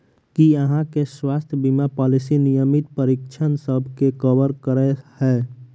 की अहाँ केँ स्वास्थ्य बीमा पॉलिसी नियमित परीक्षणसभ केँ कवर करे है?